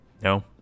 No